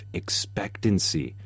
expectancy